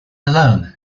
alone